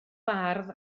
bardd